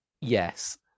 Yes